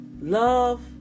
love